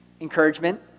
Encouragement